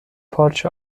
پارچ